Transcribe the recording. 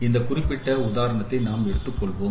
இந்த குறிப்பிட்ட உதாரணத்தை நாம் எடுத்துக்கொள்வோம்